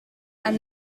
and